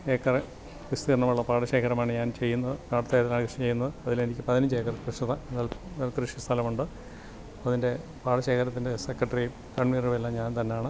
acre വിസ്തീർണമുള്ള പാടശേഖരമാണ് ഞാൻ ചെയ്യുന്നത് അതിൽ എനിക്ക് പതിനഞ്ചേക്കർ നെൽ നെൽക്കൃഷി സ്ഥലമുണ്ട് അപ്പോൾ അതിൻ്റെ പാടശേഖരത്തിൻ്റെ സെക്രട്ടറിയും അഡ്മയറുമെല്ലാം ഞാൻ തന്നെയാണ്